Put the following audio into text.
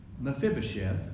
Mephibosheth